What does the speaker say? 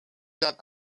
that